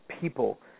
people